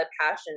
passion